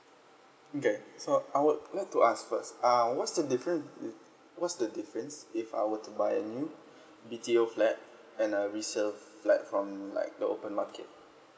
okay so I would like to ask first uh what's the difference what's the difference if I were to buy a new B_T_O flat and a resale flat from like a open market